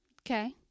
Okay